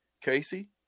Casey